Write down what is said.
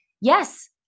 yes